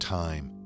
time